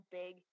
big